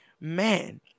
Man